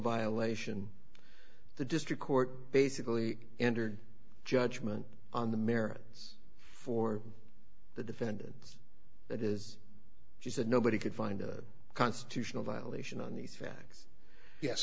violation the district court basically entered judgment on the merits for the defendant that is she said nobody could find a constitutional violation on these facts yes